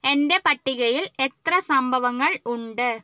എൻ്റെ പട്ടികയിൽ എത്ര സംഭവങ്ങൾ ഉണ്ട്